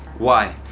why?